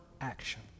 action